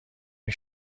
این